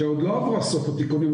שעוד לא עברה סוף התיקונים.